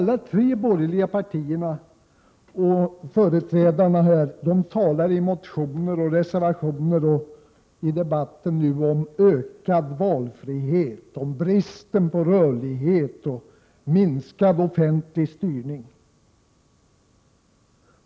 De tre borgerliga partierna och deras företrädare nämner i motioner, reservationer och i debatten här i dag ökad valfrihet, bristen på rörlighet och minskad offentlig styrning.